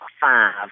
five